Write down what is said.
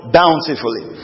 bountifully